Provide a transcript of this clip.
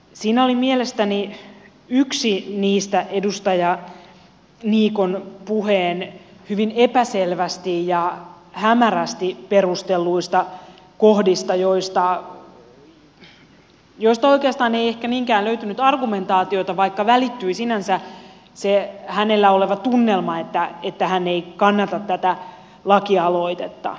siinä oli mielestäni yksi niistä edustaja niikon puheen hyvin epäselvästi ja hämärästi perustelluista kohdista joista oikeastaan ei ehkä niinkään löytynyt argumentaatiota vaikka välittyi sinänsä se hänellä oleva tunnelma että hän ei kannata tätä lakialoitetta